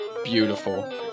beautiful